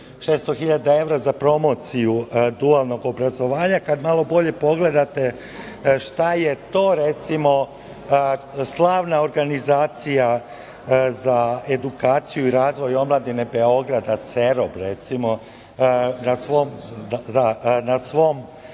600.000 evra za promociju dualnog obrazovanja. Kada malo bolje pogledate šta je to, recimo, slavna organizacija za edukaciju i razvoj omladine Beograda – CEROB, recimo, na svom